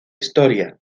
historia